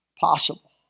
Possible